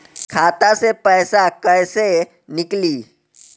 खाता से पैसा कैसे नीकली?